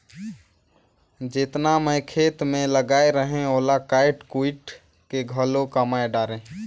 जेतना मैं खेत मे लगाए रहें ओला कायट कुइट के घलो कमाय डारें